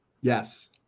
Yes